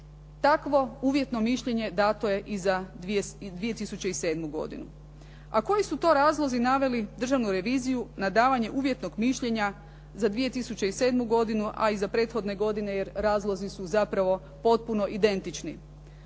Takvo uvjetno mišljenje dato je i za 2007. godinu. A koji su to razlozi naveli Državnu reviziju na davanje uvjetnog mišljenja za 2007. godinu a i za prethodne godine jer razlozi su zapravo potpuno identični.